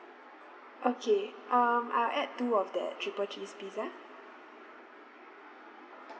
okay um I'll add two of that triple cheese pizza